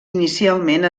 inicialment